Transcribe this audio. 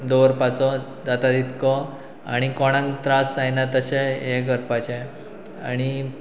दवरपाचो जाता तितको आनी कोणाक त्रास जायना तशें हें करपाचे आनी